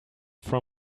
from